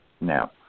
now